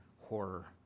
horror